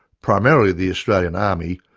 primarily the australia and army,